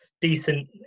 decent